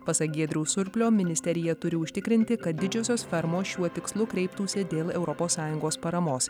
pasak giedriaus surplio ministerija turi užtikrinti kad didžiosios fermos šiuo tikslu kreiptųsi dėl europos sąjungos paramos